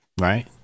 right